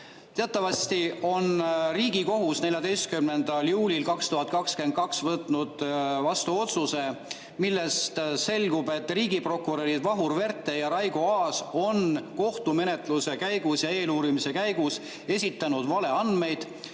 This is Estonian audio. Teatavasti on Riigikohus 14. juulil 2022 võtnud vastu otsuse, millest selgub, et riigiprokurörid Vahur Verte ja Raigo Aas on kohtumenetluse ja eeluurimise käigus esitanud valeandmeid,